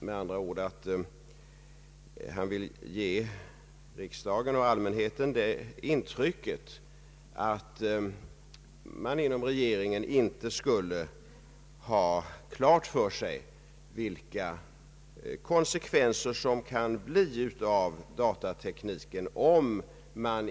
Han vill med andra ord ge riksdagen och allmänheten det intrycket att regeringen inte skulle ha klart för sig vilka konsekvenserna kan bli av datateknikens användning.